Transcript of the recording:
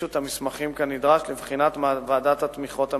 והגישו את המסמכים כנדרש לבחינת ועדת התמיכות המרכזית.